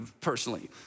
personally